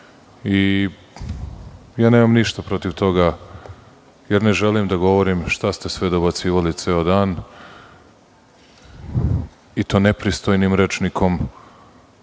bolji. Nemam ništa protiv toga, jer ne želim da govorim šta ste sve dobacivali ceo dan i to nepristojnim rečnikom,